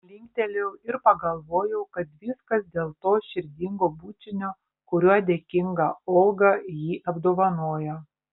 linktelėjau ir pagalvojau kad viskas dėl to širdingo bučinio kuriuo dėkinga olga jį apdovanojo